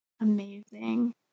Amazing